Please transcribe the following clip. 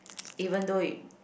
even though it